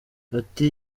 ati